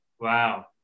Wow